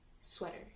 sweater